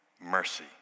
mercy